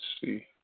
see